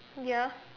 ya